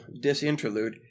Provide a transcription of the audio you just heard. disinterlude